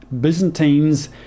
byzantines